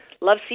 love